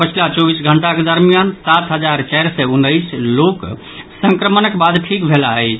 पछिला चौबीस घंटाक दरमियान सात हजार चारि सय उन्नैस लोक संक्रमणक बाद ठीक भेलाह अछि